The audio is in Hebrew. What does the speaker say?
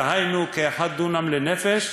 דהיינו כדונם אחד לנפש,